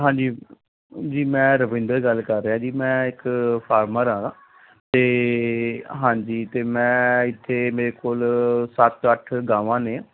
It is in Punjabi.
ਹਾਂਜੀ ਜੀ ਮੈਂ ਰਵਿੰਦਰ ਗੱਲ ਕਰ ਰਿਹਾ ਜੀ ਮੈਂ ਇੱਕ ਫਾਰਮਰ ਹਾਂ ਅਤੇ ਹਾਂਜੀ ਅਤੇ ਮੈਂ ਇੱਥੇ ਮੇਰੇ ਕੋਲ ਸੱਤ ਅੱਠ ਗਾਵਾਂ ਨੇ